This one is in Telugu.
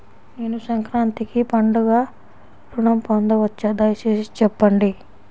నేను సంక్రాంతికి పండుగ ఋణం పొందవచ్చా? దయచేసి చెప్పండి?